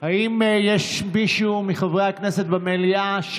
האם יש מישהו מחברי הכנסת שנמצא במליאה,